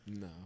No